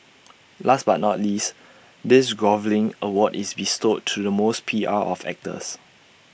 last but not least this groveling award is bestowed to the most P R of actors